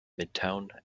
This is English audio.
midtown